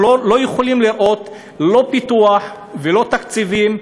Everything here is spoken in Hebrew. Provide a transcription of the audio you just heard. אנחנו לא יכולים לראות לא פיתוח ולא תקציבים.